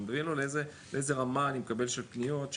שתבינו לאיזה רמה של פניות אני מקבל,